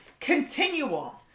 continual